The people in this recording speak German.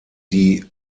die